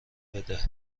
بده